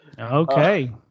Okay